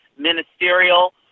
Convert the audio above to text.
Ministerial